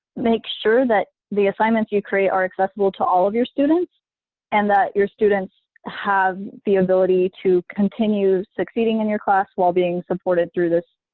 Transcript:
make sure that the assignments you create are accessible to all of your students and that your students have the ability to continue succeeding in your class while being supported through this